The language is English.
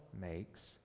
makes